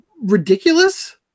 ridiculous